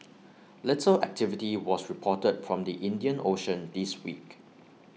little activity was reported from the Indian ocean this week